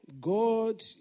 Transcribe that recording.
God